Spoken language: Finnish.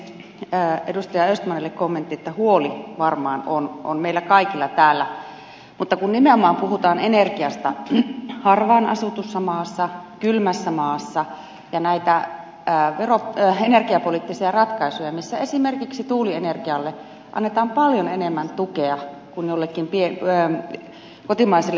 edustaja östmanille kommentti että huoli varmaan on meillä kaikilla täällä mutta nimenomaan puhutaan energiasta harvaan asutussa maassa kylmässä maassa ja näistä energiapoliittisista ratkaisuista joissa esimerkiksi tuulienergialle annetaan paljon enemmän tukea kuin jollekin kotimaiselle puuenergialle